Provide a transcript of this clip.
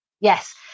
Yes